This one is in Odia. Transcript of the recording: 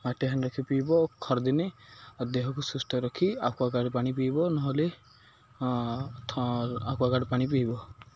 ମାଟି ହାଣ୍ଡି ରଖି ପିଇବ ଖରାଦିନେ ଦେହକୁ ସୁସ୍ଥ ରଖି ଆକ୍ୱାଗାର୍ଡ଼ ପାଣି ପିଇବ ନହେଲେ ଥ ଆକ୍ୱାଗାର୍ଡ଼ ପାଣି ପିଇବ